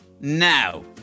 now